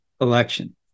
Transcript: election